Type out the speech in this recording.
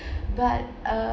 but uh